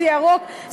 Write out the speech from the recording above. זה ירוק,